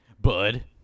Bud